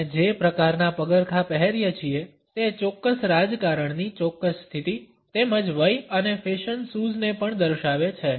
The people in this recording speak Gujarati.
આપણે જે પ્રકારનાં પગરખાં પહેરીએ છીએ તે ચોક્કસ રાજકારણની ચોક્કસ સ્થિતિ તેમજ વય અને ફેશન સૂઝને પણ દર્શાવે છે